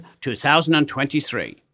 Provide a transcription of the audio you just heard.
2023